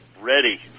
ready